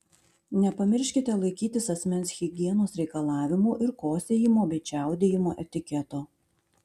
nepamirškite laikytis asmens higienos reikalavimų ir kosėjimo bei čiaudėjimo etiketo